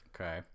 Okay